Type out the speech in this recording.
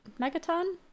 Megaton